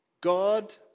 God